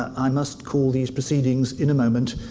i must call these proceedings, in a moment,